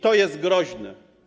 To jest groźne.